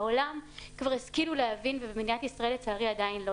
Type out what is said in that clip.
בעולם כבר השכילו להבין ובמדינת ישראל לצערי עדיין לא,